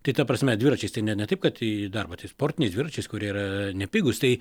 tai ta prasme dviračiais tai ne ne taip kad į darbą tai sportiniais dviračiais kurie yra nepigūs tai